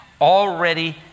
already